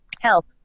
Help